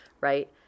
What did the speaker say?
right